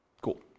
Cool